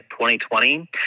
2020